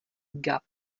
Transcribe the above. gap